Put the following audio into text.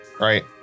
right